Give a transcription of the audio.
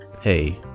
hey